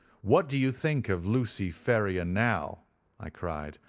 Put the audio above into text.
what do you think of lucy ferrier now i cried,